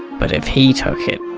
but if he took it,